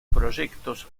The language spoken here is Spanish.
proyectos